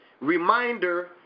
reminder